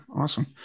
Awesome